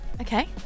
Okay